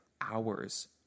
hours